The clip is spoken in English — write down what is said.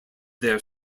their